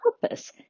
purpose